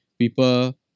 people